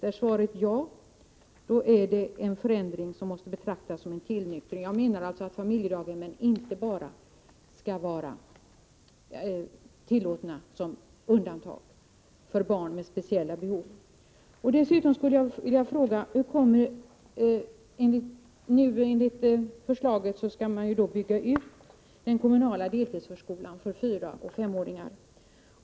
Blir svaret ja, då är det en förändring som måste uppfattas som en tillnyktring. Jag menar alltså att familjedaghemmen inte bara skall vara tillåtna som undantag för barn med speciella behov. Enligt förslaget skall man ju bygga ut den kommunala deltidsförskolan för 4 och 5-åringar.